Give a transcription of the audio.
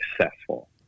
successful